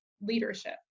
leadership